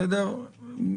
בסדר?